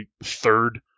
third